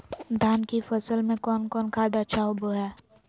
धान की फ़सल में कौन कौन खाद अच्छा होबो हाय?